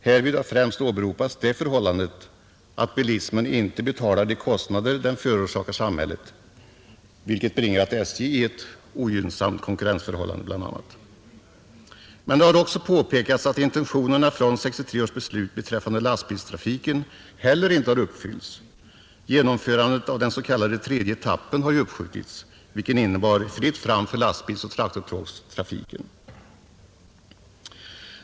Härvid har främst åberopats det förhållandet, att bilismen inte betalar de kostnader den förorsakar samhället, vilket bl.a. bringat SJ i ett ogynnsamt konkurrensförhållande, Men det har också påpekats, att intentionerna från 1963 års beslut beträffande lastbilstrafiken inte heller har uppfyllts; genomförandet av den s.k. tredje etappen har ju uppskjutits, vilken skulle innebära fritt fram för lastbilsoch traktortågstrafiken.